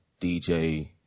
DJ